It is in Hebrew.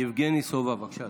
יבגני סובה, בבקשה,